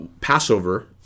Passover